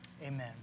Amen